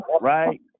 Right